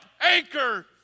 anchor